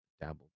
dabbled